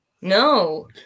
No